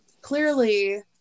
clearly